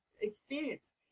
experience